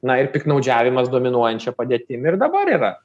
na ir piktnaudžiavimas dominuojančia padėtim ir dabar yra